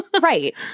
Right